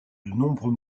nombreux